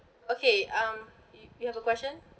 okay um if you have a question